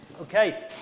Okay